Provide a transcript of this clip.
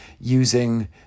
using